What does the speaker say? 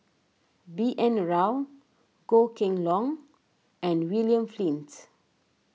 B N Rao Goh Kheng Long and William Flints